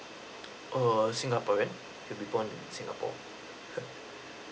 err singaporean will be born in singapore